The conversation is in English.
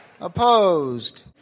Opposed